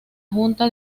junta